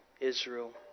Israel